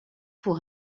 pour